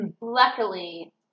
luckily